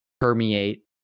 permeate